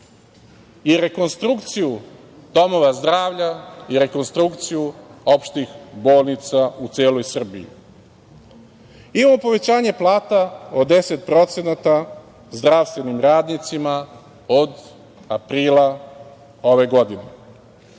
i rekonstrukciju domova zdravlja i rekonstrukciju opštih bolnica u celoj Srbiji. Imamo povećanje plata od 10% zdravstvenim radnicima od aprila ove godine.